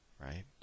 right